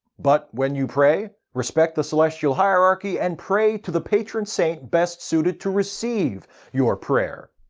but when you pray, respect the celestial hierarchy and pray to the patron saint best suited to receive your prayer.